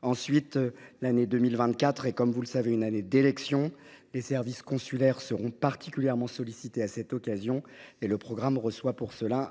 Ensuite, l’année 2024 est, comme vous le savez, une année d’élections. Les services consulaires seront particulièrement sollicités à cette occasion. Le programme reçoit